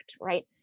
right